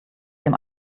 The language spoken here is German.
dem